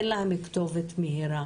אין להם כתובת מהירה